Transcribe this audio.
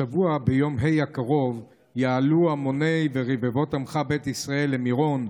השבוע ביום ה' הקרוב יעלו המוני ורבבות עמך בית ישראל למירון,